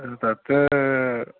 तत्